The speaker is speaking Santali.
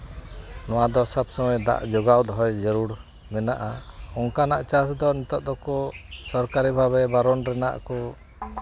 ᱱᱚᱣᱟ ᱫᱚ ᱥᱚᱵᱽ ᱥᱚᱢᱚᱭ ᱫᱟᱜ ᱡᱚᱜᱟᱣ ᱫᱚᱦᱚᱭ ᱡᱟᱹᱨᱩᱲ ᱢᱮᱱᱟᱜᱼᱟ ᱚᱱᱠᱟᱱᱟᱜ ᱪᱟᱥ ᱫᱚ ᱱᱤᱛᱚᱜ ᱫᱚᱠᱚ ᱥᱚᱨᱠᱟᱨᱤ ᱵᱷᱟᱵᱮ ᱵᱟᱨᱚᱱ ᱨᱮᱱᱟᱜ ᱠᱚ